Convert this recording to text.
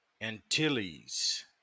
Antilles